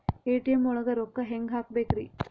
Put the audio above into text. ATM ಒಳಗ್ ರೊಕ್ಕ ಹೆಂಗ್ ಹ್ಹಾಕ್ಬೇಕ್ರಿ?